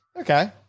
Okay